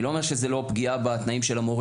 אני לא אומר שזו לא פגיעה בתנאים של המורים.